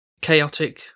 chaotic